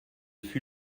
fut